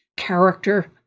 Character